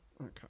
Okay